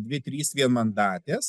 dvi trys vienmandatės